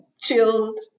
chilled